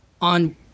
on